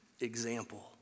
example